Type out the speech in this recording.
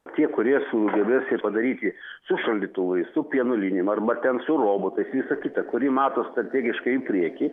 tie kurie sugebės tai padaryti su šaldytuvais su pieno linijom arba ten su robotais visa kita kuri mato strategiškai į priekį